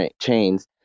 chains